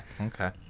Okay